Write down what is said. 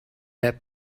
that